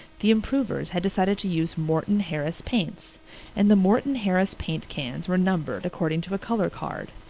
the improvers had decided to use morton-harris paints and the morton-harris paint cans were numbered according to a color card.